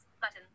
Button